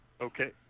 Okay